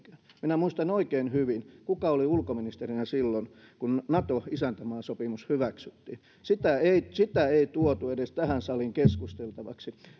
minä muistan oikein hyvin kuka oli ulkoministerinä silloin kun nato isäntämaasopimus hyväksyttiin sitä ei sitä ei tuotu edes tähän saliin keskusteltavaksi